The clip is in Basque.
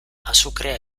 azukrea